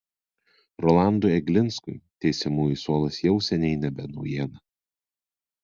rolandui eglinskui teisiamųjų suolas jau seniai nebe naujiena